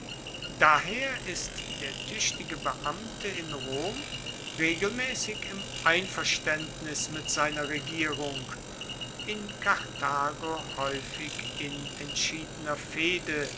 daher ist der tuechtige beamte in rom regelmaessig im einverstaendnis mit seiner regierung in karthago haeufig in entschiedener fehde